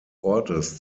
ortes